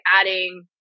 adding